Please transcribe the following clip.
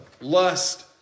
lust